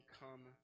come